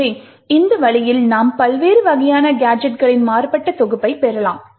எனவே இந்த வழியில் நாம் பல்வேறு வகையான கேஜெட்களின் மாறுபட்ட தொகுப்பைப் பெறலாம்